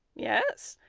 yes,